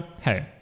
hey